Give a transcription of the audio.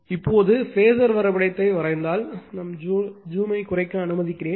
இப்போது இப்போது பேஸர் வரைபடத்தைப் பார்த்தால் ஜூம் குறைக்க அனுமதிக்கிறேன்